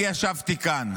אני ישבתי כאן.